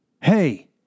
Hey